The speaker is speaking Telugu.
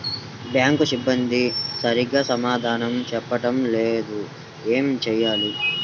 బ్యాంక్ సిబ్బంది సరిగ్గా సమాధానం చెప్పటం లేదు ఏం చెయ్యాలి?